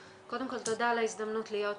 קודם כל תודה על ההזדמנות להיות כאן.